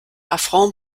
affront